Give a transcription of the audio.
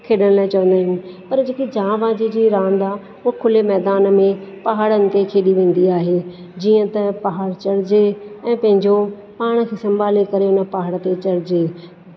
खेॾण लाइ चवंदा आहियूं पर जेकी जांबाजीअ जी रांदि आहे उहो खुले मैदान में पहाड़नि ते खेॾी वेंदी आहे जीअं त पहाड़ु चढ़िजे ऐं पंहिंजो पाण खे संभाले करे उन पहाड़ ते चढ़िजे